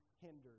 hindered